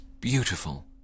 beautiful